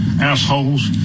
assholes